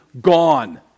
gone